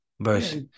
verse